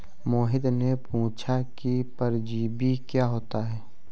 मोहित ने पूछा कि परजीवी क्या होता है?